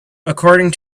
according